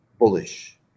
bullish